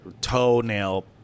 toenail